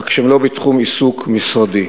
רק שהם לא בתחום העיסוק של משרדי.